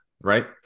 right